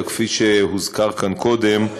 אלא כפי שהוזכר כאן קודם,